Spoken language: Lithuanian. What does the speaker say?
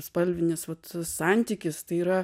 spalvinis vat santykis tai yra